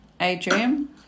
Adrian